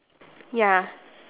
ya